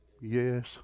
yes